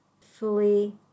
fully